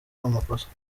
amakosa